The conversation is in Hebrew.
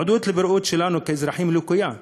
המודעות לבריאות שלנו כאזרחים היא לקויה,